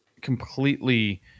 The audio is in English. completely